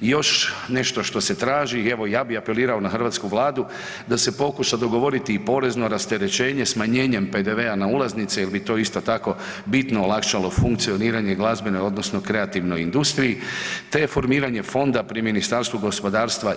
Još nešto se traži i evo ja bih apelirao na Hrvatsku vladu da se pokuša dogovoriti i porezno rasterećenje smanjenjem PDV-a na ulaznice jel bi to isto tako bitno olakšalo funkcioniranje glazbenoj odnosno kreativnoj industriji te formiranje fonda pri Ministarstvu gospodarstva